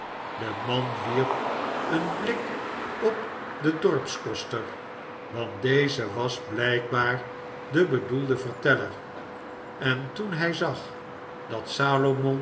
de man wierp een blik op den dorpskoster want deze was blijkbaar de bedoelde verteller en toen hij zag dat